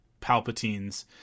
Palpatine's